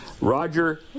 Roger